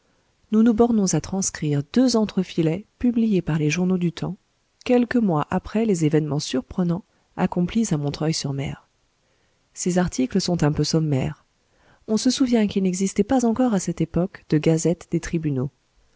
nous nous bornons à transcrire deux entrefilets publiés par les journaux du temps quelques mois après les événements surprenants accomplis à montreuil sur mer ces articles sont un peu sommaires on se souvient qu'il n'existait pas encore à cette époque de gazette des tribunaux